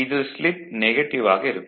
இதில் slip negative ஆக இருக்கும்